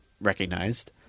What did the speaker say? recognized